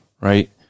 right